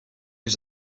was